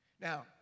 Now